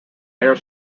air